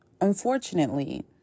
unfortunately